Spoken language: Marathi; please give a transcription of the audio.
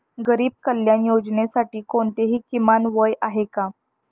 गरीब कल्याण योजनेसाठी कोणतेही किमान वय आहे का?